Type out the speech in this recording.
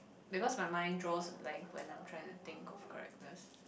because my mind draws like when I try to think of characters